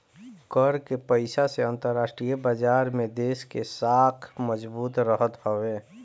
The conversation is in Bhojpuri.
कर के पईसा से अंतरराष्ट्रीय बाजार में देस के साख मजबूत रहत हवे